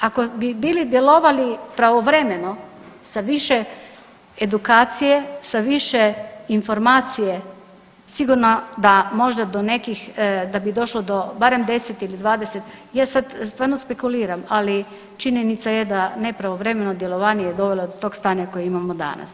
Ako bi bili djelovali pravovremeno sa više edukcije, sa više informacije sigurno da bi došlo do nekih da bi došlo do barem 10 ili 20, ja sad stvarno spekuliram, ali činjenica je da nepravovremeno djelovanje je dovelo do tog stanja koje imamo danas točka.